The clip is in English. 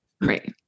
Right